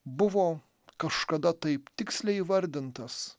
buvo kažkada taip tiksliai įvardintas